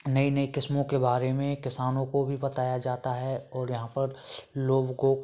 नई नई किस्मों के बारे में किसानों को भी बताया जाता है और यहाँ पर लोगों को